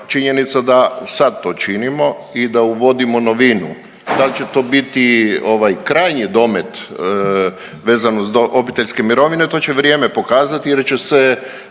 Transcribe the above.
činjenica da sad to činimo i da uvodimo novinu, kad će to biti ovaj krajnji domet vezano uz obiteljske mirovine to će vrijeme pokazati jer će se,